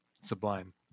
Sublime